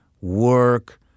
work